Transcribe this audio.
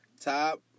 Top